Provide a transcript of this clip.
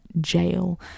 jail